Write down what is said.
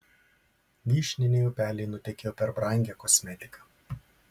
vyšniniai upeliai nutekėjo per brangią kosmetiką